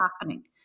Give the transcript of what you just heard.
happening